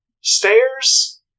stairs